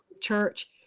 church